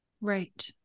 Right